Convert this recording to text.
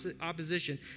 opposition